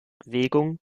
bewegung